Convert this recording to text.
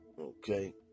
Okay